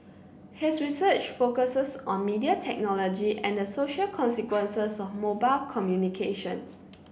his research focuses on media technology and the social consequences of mobile communication